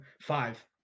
five